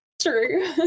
True